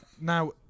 Now